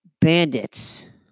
Bandits